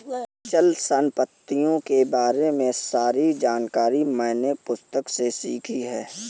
अचल संपत्तियों के बारे में सारी जानकारी मैंने पुस्तक से सीखी है